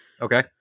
Okay